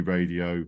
Radio